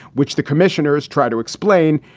which the commissioners try to explain.